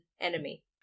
enemy